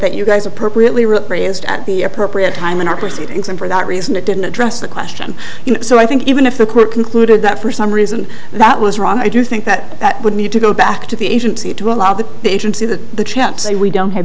that you guys appropriately were raised at the appropriate time in our proceedings and for that reason it didn't address the question so i think even if the court concluded that for some reason that was wrong i do think that that would need to go back to the agency to allow the agency that the chaps say we don't have